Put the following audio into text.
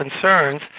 concerns